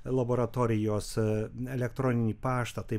laboratorijose elektroninį paštą tai